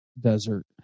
desert